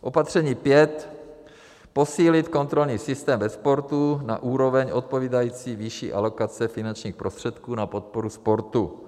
Opatření pět posílit kontrolní systém ve sportu na úroveň odpovídající výši alokace finančních prostředků na podporu sportu.